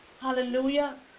hallelujah